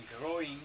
growing